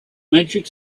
magic